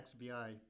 XBI